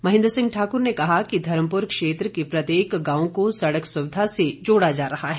महेन्द्र सिंह ठाकुर ने कहा कि धर्मपुर क्षेत्र के प्रत्येक गांव को सड़क सुविधा से जोड़ा जा रहा है